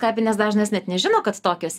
kapinės dažnas net nežino kad tokios